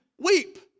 weep